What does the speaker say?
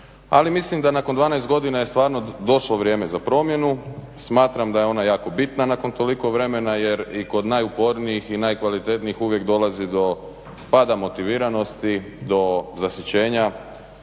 Ali mislim da nakon 12 godina je stvarno došlo vrijeme za promjenu, smatram da je ona jako bitna nakon toliko vremena jer i kod najupornijih i najkvalitetnijih uvijek dolazi do pada motiviranosti, do zasićenja